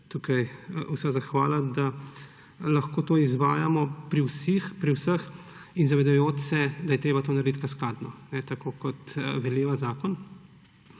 tukaj vsa zahvala, da lahko to izvajamo pri vseh, zavedajoč se, da je treba to narediti kaskadno, tako kot veleva zakon.